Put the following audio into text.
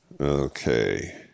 Okay